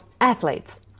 athletes